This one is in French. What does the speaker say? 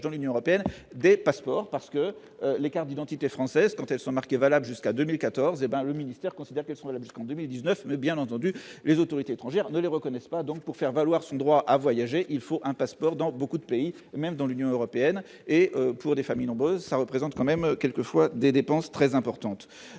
dans l'Union européenne des passeports, parce que les cartes d'identité française, quand elles sont marquées, valable jusqu'à 2014 et ben le ministère considère qu'que sont là jusqu'en 2019, mais bien entendu, les autorités étrangères ne le reconnaissent pas donc pour faire valoir son droit à voyager, il faut un passeport dans beaucoup de pays, même dans l'Union européenne et pour les familles nombreuses, ça représente quand même quelquefois des dépenses très importantes,